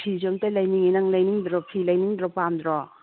ꯐꯤꯁꯨ ꯑꯃꯇ ꯂꯩꯅꯤꯡꯏ ꯅꯪ ꯂꯩꯅꯤꯡꯗ꯭ꯔꯣ ꯐꯤ ꯂꯩꯅꯤꯡꯗ꯭ꯔꯣ ꯄꯥꯝꯗ꯭ꯔꯣ